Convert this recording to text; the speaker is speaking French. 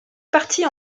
parties